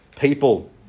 people